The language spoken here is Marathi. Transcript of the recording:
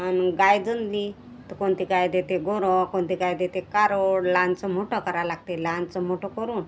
आणि गाय जनली तर कोणती गाय देते गोऱ्हं कोणते गाय देते कारोड लहानाचं मोठं करावं लागते लहानाचं मोठं करून